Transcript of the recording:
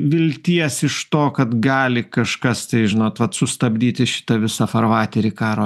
vilties iš to kad gali kažkas tai žinot vat sustabdyti šitą visą farvaterį karo